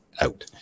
out